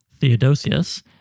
Theodosius